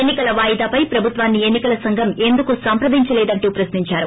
ఎన్ని కల వాయిదాపై ప్రభుత్వాన్ని ఎన్ని కల సంఘం ఎందుకు సంప్రదించలేదని ప్రశ్నించారు